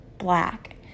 Black